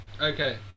Okay